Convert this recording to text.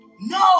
no